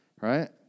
Right